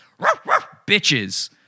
bitches